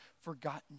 forgotten